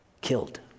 killed